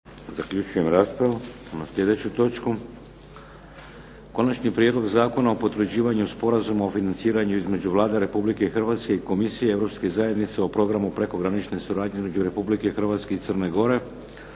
Idemo na sljedeću točku Konačni prijedlog zakona o potvrđivanju Sporazuma o financiranju između Vlade Republike Hrvatske i Komisije Europskih zajednica o programu prekogranične suradnje između Republike Hrvatske i Crne Gore